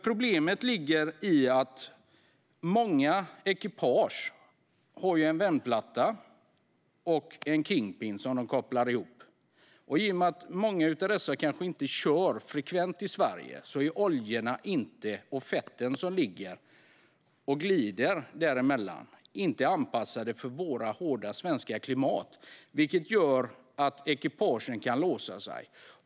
Problemet ligger i att många ekipage har en vändplatta och en kingpin som kopplas ihop, och i och med att många kanske inte kör frekvent i Sverige är oljorna och fetterna som ligger där emellan inte anpassade för vårt hårda svenska klimat, vilket gör att ekipagen kan låsa sig.